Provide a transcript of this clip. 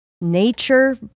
Nature